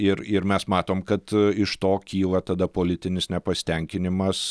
ir ir mes matom kad iš to kyla tada politinis nepasitenkinimas